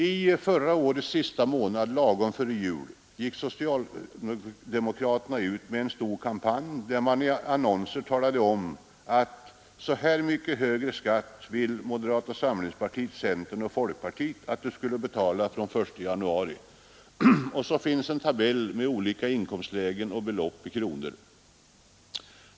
I förra årets sista månad — lagom före jul — gick socialdemokraterna ut med en stor kampanj, där man i annonser talade om, att ”så här mycket högre skatt ville moderata samlingspartiet, centerpartiet och folkpartiet att du skulle betala från 1 januari”, och så fanns en tabell med olika inkomstlägen och belopp i kronor.